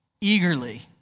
eagerly